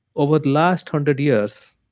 over the last hundred years,